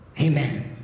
Amen